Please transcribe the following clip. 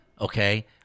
Okay